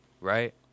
Right